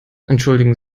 entschuldigen